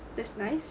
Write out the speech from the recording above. that's nice